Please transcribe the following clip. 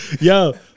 Yo